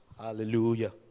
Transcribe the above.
Hallelujah